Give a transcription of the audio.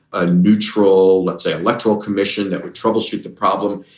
a neutral, let's say, electoral commission that would troubleshoot the problem,